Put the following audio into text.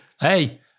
Hey